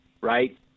Right